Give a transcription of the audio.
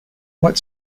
what